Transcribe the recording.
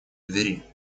двери